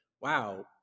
wow